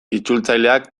itzultzaileak